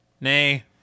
Nay